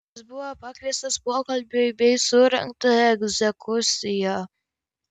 jis buvo pakviestas pokalbiui bei surengta egzekucija